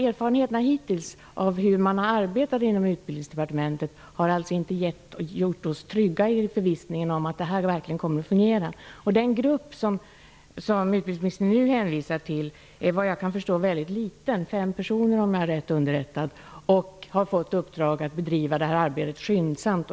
Erfarenheterna hittills av hur man har arbetat inom Utbildningsdepartementet har alltså inte gjort oss trygga i förvissningen om att detta verkligen kommer att fungera. Den grupp som utbildningsministern nu hänvisar till är, såvitt jag är rätt underrättad, väldigt liten -- fem personer. Gruppen har fått uppdraget att bedriva detta arbete skyndsamt.